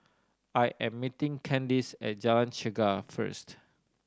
I am meeting Candis at Jalan Chegar first